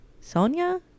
Sonia